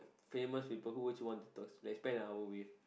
famous people who would you want to talk like spend an hour with